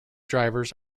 drivers